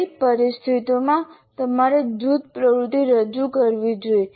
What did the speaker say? કઈ પરિસ્થિતિઓમાં તમારે જૂથ પ્રવૃત્તિ રજૂ કરવી જોઈએ